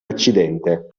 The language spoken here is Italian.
accidente